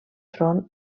front